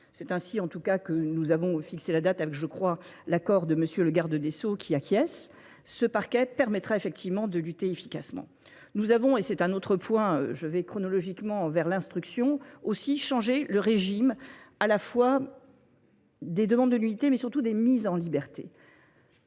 c'est ainsi en tout cas que nous avons fixé la date avec je crois l'accord de monsieur le garde des Sceaux qui acquiesce, ce parquet permettra effectivement de lutter efficacement. Nous avons, et c'est un autre point je vais chronologiquement vers l'instruction, aussi changé le régime à la fois des demandes de l'unité mais surtout des mises en liberté.